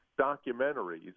documentaries